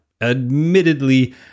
Admittedly